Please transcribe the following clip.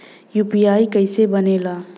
UPI कईसे बनेला?